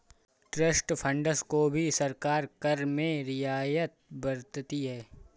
trust funds को भी सरकार कर में रियायत बरतती है